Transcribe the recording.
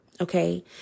Okay